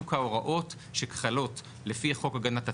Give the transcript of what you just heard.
ההוראות שחלות על פי חוק הגנת הצרכן,